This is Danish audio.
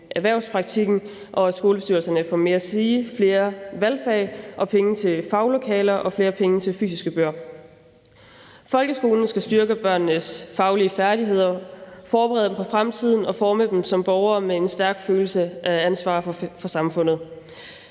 erhvervspraktikken, og at skolebestyrelserne får mere at sige, flere valgfag og penge til faglokaler og flere penge til fysiske bøger. Folkeskolen skal styrke børnenes faglige færdigheder, forberede dem på fremtiden og forme dem som borgere med en stærk følelse af ansvar for samfundet.